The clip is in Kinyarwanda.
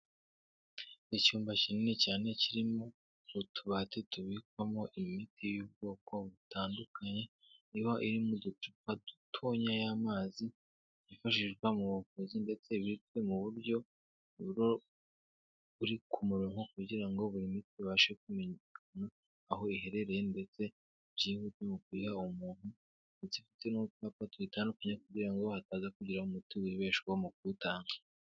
Icyumba kinini cyane kirimo utubati tubikwamo imiti y'ubwoko butandukanye iba iri mu ducupa dutoya tw'amazi twifashishwa mu buvuzi ndetse ibitswe mu buryo buri ku murongo kugira ngo buri muti ubashe kumenye aho iherereye ndetse byihutirwa mu kuyiha uwo umuntu ndetse ifite n'uducupa dutandukanye kugira ngo hataza kugira umuti wibeshwaho mu kuwutanga.